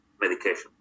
medication